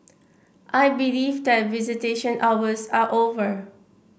I believe that visitation hours are over